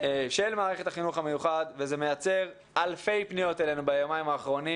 של מערכת החינוך המיוחד וזה מייצר אלפי פניות אלינו ביומיים האחרונים